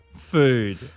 food